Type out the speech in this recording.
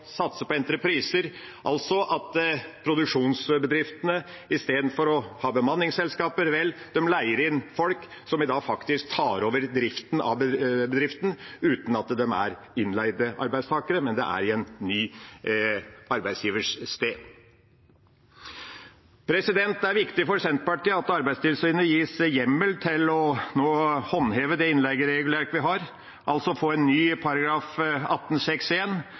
satse på entrepriser, altså at produksjonsbedriftene i stedet for å ha bemanningsselskaper leier inn folk som faktisk tar over driften av bedriften uten at de er innleide arbeidstakere, men det er i en ny arbeidsgivers sted. Det er viktig for Senterpartiet at Arbeidstilsynet gis hjemmel til å håndheve det innleieregelverket vi har, altså få en ny